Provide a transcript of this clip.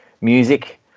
music